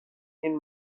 این